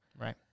Right